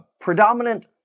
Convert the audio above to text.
predominant